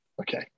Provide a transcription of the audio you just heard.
Okay